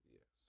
Yes